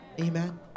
Amen